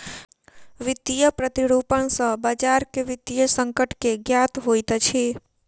वित्तीय प्रतिरूपण सॅ बजार के वित्तीय संकट के ज्ञात होइत अछि